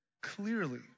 clearly